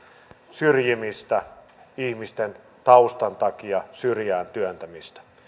syrjimistä ihmisten taustan takia syrjään työntämistä